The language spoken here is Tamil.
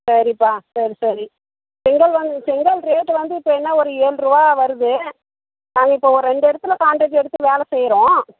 சரிப்பா சரி சரி செங்கல் வந்து செங்கல் ரேட் வந்து இப்போ என்ன ஒரு ஏழ்ருவா வருது நாங்கள் இப்போ ஒரு ரெண்டு இடத்துல காண்ட்ரக்ட் எடுத்து வேலை செய்கிறோம்